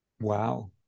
Wow